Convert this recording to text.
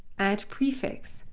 add prefix,